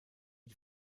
die